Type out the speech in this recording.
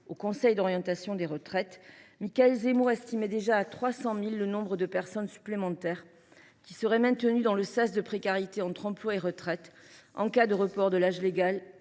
au Conseil d’orientation des retraites, Michaël Zemmour estimait déjà à 300 000 le nombre de personnes supplémentaires qui seraient maintenues dans le sas de précarité entre emploi et retraite, en cas de report de l’âge légal